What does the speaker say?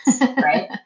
right